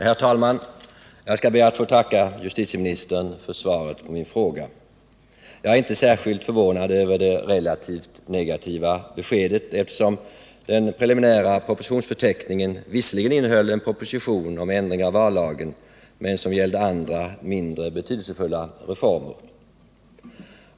Herr talman! Jag skall be att få tacka justitieministern för svaret på min fråga. Jag är inte särskilt förvånad över det relativt negativa beskedet. Den preliminära propositionsförteckningen innehöll visserligen en proposition om ändring av vallagen, men den gällde andra, mindre betydelsefulla reformer.